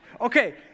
Okay